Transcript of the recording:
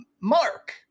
Mark